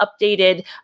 updated